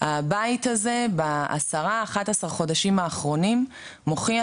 הבית הזה ב- 10-11 החודשים האחרונים מוכיח